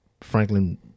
Franklin